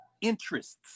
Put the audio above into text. interests